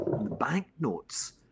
banknotes